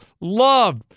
love